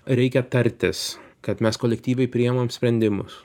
reikia tartis kad mes kolektyviai priėmam sprendimus